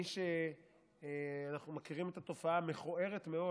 אנחנו מכירים את התופעה המכוערת מאוד